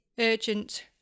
Urgent